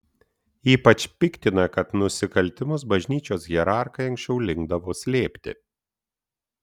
ypač piktina kad nusikaltimus bažnyčios hierarchai anksčiau linkdavo slėpti